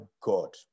God